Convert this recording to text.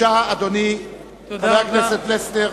אדוני היושב-ראש,